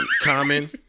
Common